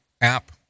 app